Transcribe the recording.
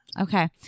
Okay